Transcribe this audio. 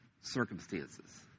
circumstances